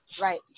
right